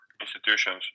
institutions